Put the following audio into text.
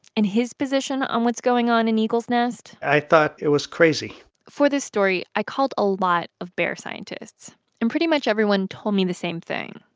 and his position on what's going on in eagle's nest. i thought it was crazy for this story, i called a lot of bear scientists and pretty much everyone told me the same thing.